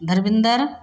Dharmendra